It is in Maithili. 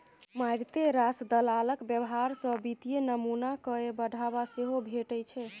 मारिते रास दलालक व्यवहार सँ वित्तीय नमूना कए बढ़ावा सेहो भेटै छै